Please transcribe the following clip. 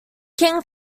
king